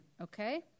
Okay